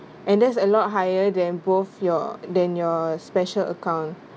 and that's a lot higher than both your than your special account